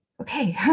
okay